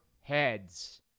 heads